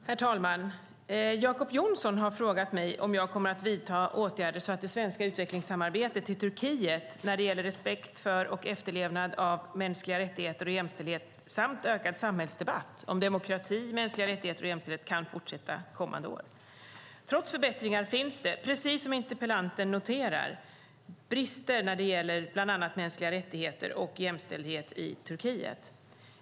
Herr talman! Jacob Johnson har frågat mig om jag kommer att vidta åtgärder så att det svenska utvecklingssamarbetet med Turkiet när det gäller respekt för och efterlevnad av mänskliga rättigheter och jämställdhet samt ökad samhällsdebatt om demokrati, mänskliga rättigheter och jämställdhet kan fortsätta kommande år. Trots förbättringar finns det precis som interpellanten noterar fortfarande brister när det gäller bland annat mänskliga rättigheter och jämställdhet i Turkiet.